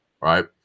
right